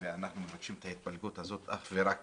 ואנחנו מבקשים את ההתפלגות הזאת אך ורק